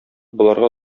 боларга